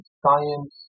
science